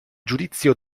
giudizio